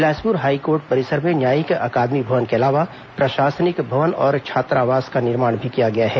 Bilaspur high court परिसर में न्यायिक अकादमी भवन के अलावा प्रशासनिक भवन और छात्रावास का निर्माण भी किया गया है